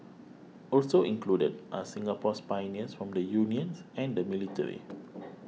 also included are Singapore's pioneers from the unions and the military